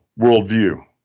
worldview